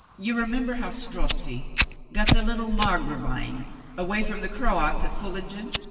you remember how strozzi got the little margravine away from the croats at pfiil lingen?